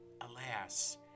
alas